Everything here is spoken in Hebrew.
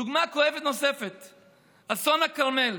דוגמה כואבת נוספת, אסון הכרמל.